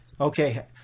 Okay